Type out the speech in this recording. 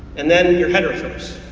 and then your heterotrophs,